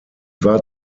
war